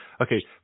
Okay